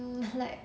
um like